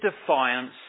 defiance